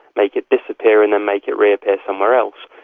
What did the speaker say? make it disappear and then make it reappear somewhere else,